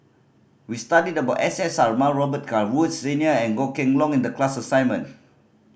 we studied about S S Sarma Robet Carr Woods Senior and Goh Kheng Long in the class assignment